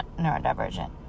neurodivergent